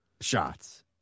shots